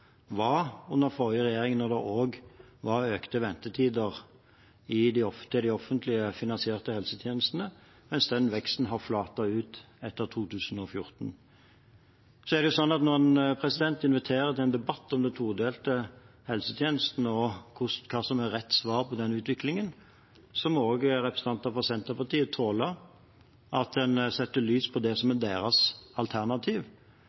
var under den forrige regjeringen, da det også var økte ventetider til de offentlig finansierte helsetjenestene. Den veksten har flatet ut etter 2014. Når en inviterer til en debatt om den todelte helsetjenesten og hva som er rett svar på den utviklingen, må også representanter fra Senterpartiet tåle at en setter lys på det som er deres alternativ.